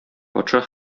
патша